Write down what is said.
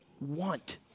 want